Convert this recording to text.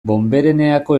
bonbereneako